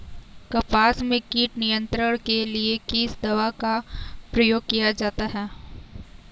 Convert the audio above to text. कपास में कीट नियंत्रण के लिए किस दवा का प्रयोग किया जाता है?